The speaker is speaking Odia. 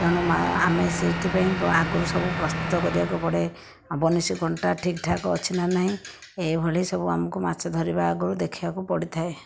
ତେଣୁ ମା ଆମେ ସେଇଥିପାଇଁ ଆଗରୁ ସବୁ ପ୍ରସ୍ତୁତ କରିବାକୁ ପଡ଼େ ଆଉ ବନିଶି କଣ୍ଟା ଠିକ୍ ଠାକ୍ ଅଛି ନା ନାହିଁ ଏହିଭଳି ସବୁ ଆମକୁ ମାଛ ଧରିବା ଆଗରୁ ଦେଖିଆକୁ ପଡ଼ିଥାଏ